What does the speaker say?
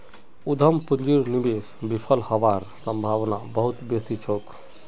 उद्यम पूंजीर निवेश विफल हबार सम्भावना बहुत बेसी छोक